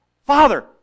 Father